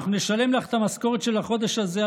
אנחנו נשלם לך את המשכורת של החודש הזה,